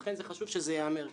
ולכן, חשוב שזה ייאמר כאן.